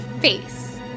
Face